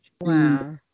Wow